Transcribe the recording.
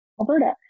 Alberta